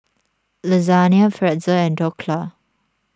Lasagna Pretzel and Dhokla